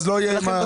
המחירים יעלו חזרה.